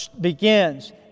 begins